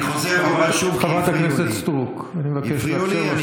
אני חוזר, חברת הכנסת סטרוק, אני מבקש לאפשר.